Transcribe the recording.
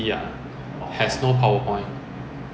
so after that 要做这个 L box lor